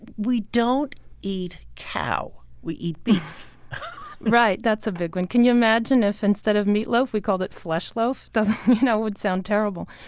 we don't eat cow we eat beef right, that's a big one can you imagine if instead of meatloaf we called it fleshloaf? that you know would sound terrible.